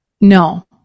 No